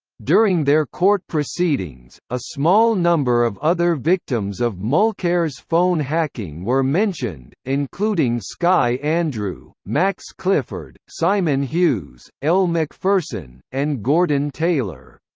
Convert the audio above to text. during their court proceedings, a small number of other victims of mulcaire's phone hacking were mentioned, including sky andrew, max clifford, simon hughes, elle macpherson, and gordon taylor.